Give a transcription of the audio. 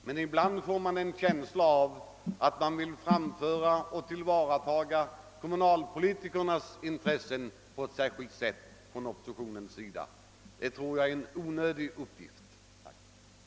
Men ibland får jag en känsla av att man från oppositionens sida vill framföra och tillvarata kommunalpolitikernas intressen på ett särskilt sätt. Jag tror att det är en onödig uppgift. Herr talman, jag ber att få yrka bifall till utskottets förslag.